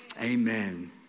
amen